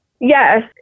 Yes